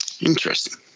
Interesting